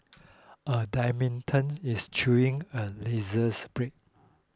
a dalmatian is chewing a razor's blade